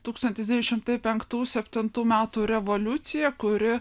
tūkstantis devyni šimtai penktų septintų metų revoliucija kuri